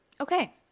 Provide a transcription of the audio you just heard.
okay